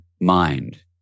mind